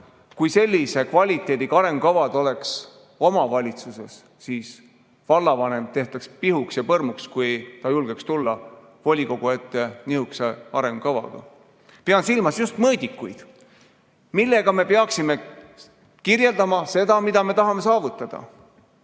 kui sellise kvaliteediga arengukavad oleks omavalitsuses, siis vallavanem tehtaks pihuks ja põrmuks, kui ta julgeks tulla volikogu ette nihukese arengukavaga. Pean silmas just mõõdikuid, millega me peaksime kirjeldama seda, mida me tahame saavutada.